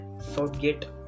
southgate